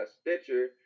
Stitcher